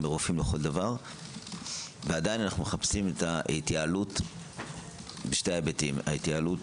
רופאים לכל דבר ועדיין אנו מחפשים את ההתייעלות משני היבטים אחת,